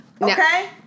okay